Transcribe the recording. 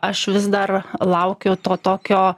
aš vis dar laukiu to tokio